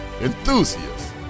enthusiasts